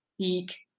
speak